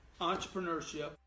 entrepreneurship